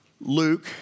Luke